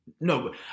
No